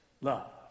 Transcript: love